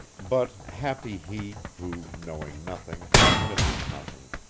but happy he, who, knowing nothing, misses nothing.